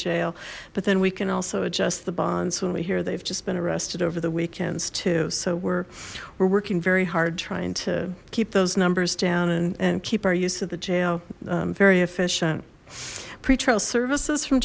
jail but then we can also adjust the bonds when we hear they've just been arrested over the weekends too so we're we're working very hard trying to keep those numbers down and and keep our use of the jail very efficient pretrial services f